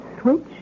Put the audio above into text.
switch